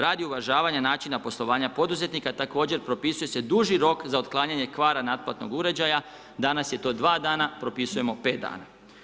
Radi uvažavanja načina poslovanja poduzetnika, također propisuje se duži rok za otklanjanje kvara naplatnog uređaja, danas je to 2 dana, propisujemo 5 dana.